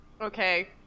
okay